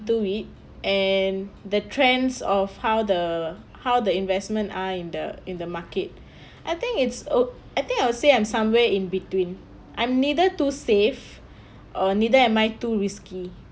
to it and the trends of how the how the investment are in the in the market I think it's o~ I think I would say I'm somewhere in between I'm neither too safe or neither am I too risky